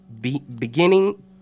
beginning